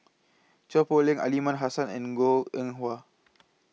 Chua Poh Leng Aliman Hassan and Goh Eng Hua